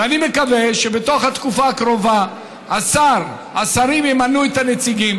ואני מקווה שבתקופה הקרובה השרים ימנו את הנציגים